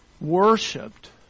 worshipped